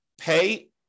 pay